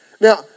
Now